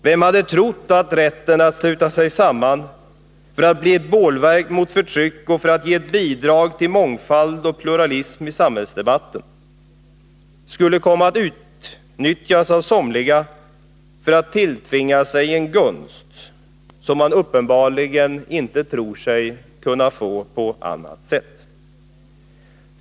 Vem hade trott att rätten att sluta sig samman för att bli ett bålverk mot förtryck och för att ge ett bidrag till mångfald och pluralism i samhällsdebatten av somliga skulle komma att utnyttjas för att tilltvinga sig en gunst som man uppenbarligen inte tror sig kunna få på annat sätt?